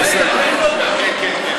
כן.